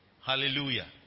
Hallelujah